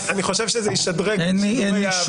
אני חושב שזה ישדרג את הערוץ.